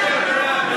רגע, אז מה את מציעה?